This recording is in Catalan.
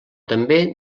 també